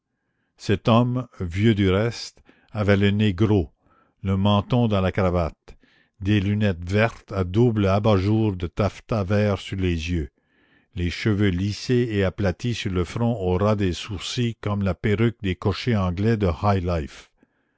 cet homme vieux du reste avait le nez gros le menton dans la cravate des lunettes vertes à double abat-jour de taffetas vert sur les yeux les cheveux lissés et aplatis sur le front au ras des sourcils comme la perruque des cochers anglais de high life